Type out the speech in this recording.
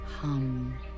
hum